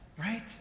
right